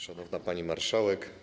Szanowna Pani Marszałek!